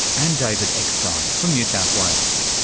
and david eckstein from new south wales.